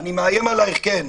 אני מאיים עלייך, כן.